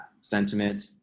sentiment